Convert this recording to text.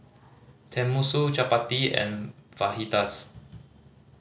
Tenmusu Chapati and